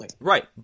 right